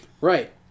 Right